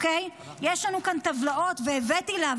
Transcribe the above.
יש לנו כאן טבלאות והבאתי לה,